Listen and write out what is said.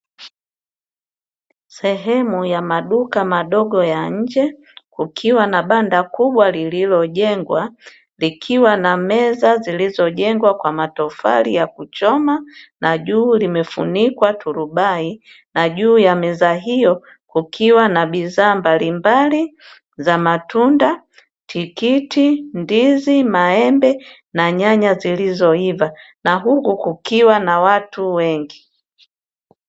Sehemu ya maduka madogo ya nje kukiwa na banda kubwa lililojengwa, likiwa na meza zilizojengwa kwa matofali ya kuchoma na juu limefunikwa turubai; na juu ya meza hiyo kukiwa na bidhaa mbalimbali za matunda: tikiti, ndizi, maembe, na nyanya zilizoiva; na huku kukiwa na watu wengi.